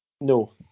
No